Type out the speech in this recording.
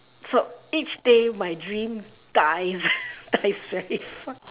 so each day my dream dies it's very funny